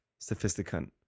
sophisticant